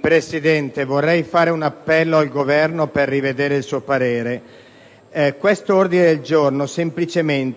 Presidente, vorrei fare un appello al Governo a rivedere il suo parere. Questo semplice ordine del giorno